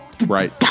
right